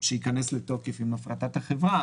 שייכנס לתוקף עם הפרטת החברה,